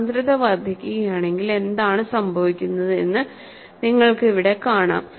സാന്ദ്രത വർദ്ധിക്കുകയാണെങ്കിൽ എന്താണ് സംഭവിക്കുന്നത് എന്നത് നിങ്ങൾക്കു ഇവിടെ കാണാം